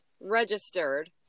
registered